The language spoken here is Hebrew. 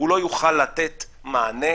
לא יוכל לתת מענה,